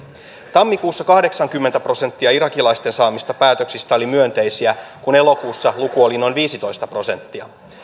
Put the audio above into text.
tammikuussa kahdeksankymmentä prosenttia irakilaisten saamista päätöksistä oli myönteisiä kun elokuussa luku oli noin viisitoista prosenttia